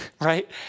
right